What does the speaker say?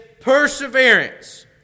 perseverance